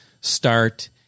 start